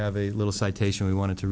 have a little citation we want to